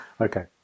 Okay